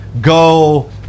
go